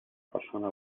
persona